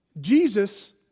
Jesus